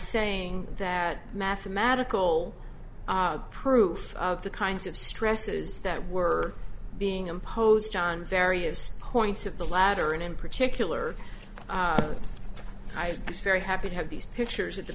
saying that mathematical proof of the kinds of stresses that were being imposed on various points of the lateran in particular i was very happy to have these pictures at the